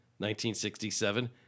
1967